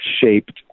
shaped